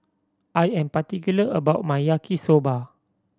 I am particular about my Yaki Soba